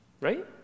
Right